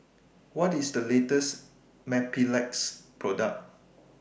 What IS The latest Mepilex Product